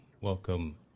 welcome